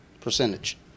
Percentage